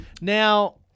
Now